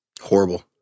Horrible